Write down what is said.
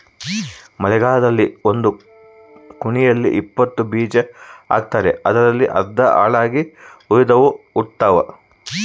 ಮಳೆಗಾಲದಲ್ಲಿ ಒಂದು ಕುಣಿಯಲ್ಲಿ ಇಪ್ಪತ್ತು ಬೀಜ ಹಾಕ್ತಾರೆ ಅದರಲ್ಲಿ ಅರ್ಧ ಹಾಳಾಗಿ ಉಳಿದವು ಹುಟ್ಟುತಾವ